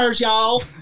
y'all